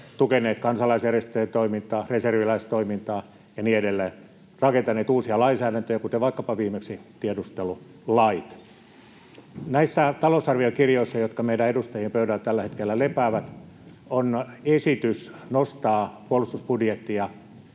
tukeneet kansalaisjärjestöjen toimintaa, reserviläistoimintaa, ja niin edelleen — rakentaneet uusia lainsäädäntöjä, kuten vaikkapa viimeksi tiedustelulait. Näissä talousarviokirjoissa, jotka meidän edustajien pöydällä tällä hetkellä lepäävät, on esitys nostaa puolustusbudjettia